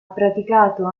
praticato